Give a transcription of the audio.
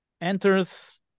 enters